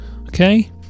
Okay